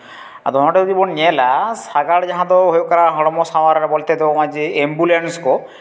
ᱟᱫᱚ ᱚᱸᱰᱮ ᱜᱮᱵᱚᱱ ᱧᱮᱞᱟ ᱥᱟᱜᱟᱲ ᱡᱟᱦᱟᱸ ᱫᱚ ᱦᱩᱭᱩᱜ ᱠᱟᱱᱟ ᱦᱚᱲᱢᱚ ᱥᱟᱶᱟᱨ ᱨᱮ ᱵᱚᱞᱛᱮ ᱫᱚ ᱦᱚᱜᱼᱚᱭ ᱡᱮ ᱮᱢᱵᱩᱞᱮᱱᱥ ᱠᱚ